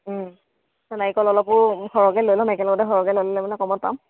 নাৰিকল অলপো সৰহকৈ লৈ ল'ম একেলগতে সৰহকৈ লৈ ল'লে মানে কমত পাম